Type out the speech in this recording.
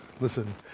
Listen